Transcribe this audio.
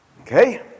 Okay